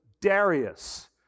Darius